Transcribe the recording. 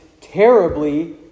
terribly